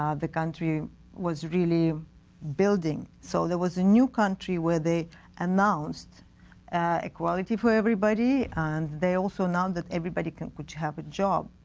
um the country was really building. so there was a new country where they announced announced equality for everybody and they also announced that everybody could could have a job.